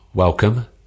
Welcome